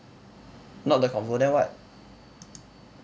not the convo then what